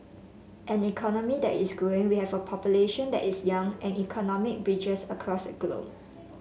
an economy that is growing we have a population that is young and economic bridges across the globe